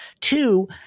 Two